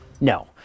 No